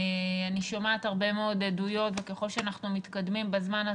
אני שומעת הרבה מאוד עדויות וככל שאנחנו מתקדמים בזמן,